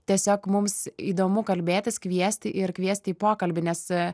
tiesiog mums įdomu kalbėtis kviesti ir kviesti į pokalbį nes